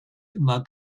immer